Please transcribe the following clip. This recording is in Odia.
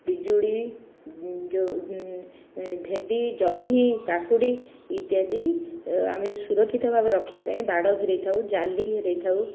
ପିଜୁଳି ଯେଉଁ ଭେଣ୍ଡି ଜହ୍ନି କାକୁଡ଼ି ଇତ୍ୟାଦି ଆମେ ସୁରକ୍ଷିତ ଭାବେ ରଖିବା ପାଇଁ ବାଡ଼ ଘେରାଇଥାଉ ଜାଲି ଘେରାଇଥାଉ